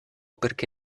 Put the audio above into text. perché